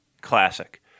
classic